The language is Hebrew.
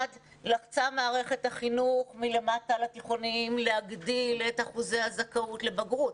מערכת החינוך לחצה מלמטה על התיכונים להגדיל את אחוזי הזכאות לבגרות,